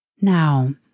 Now